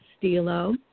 Stilo